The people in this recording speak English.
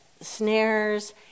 snares